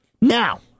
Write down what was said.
now